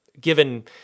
given